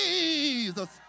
Jesus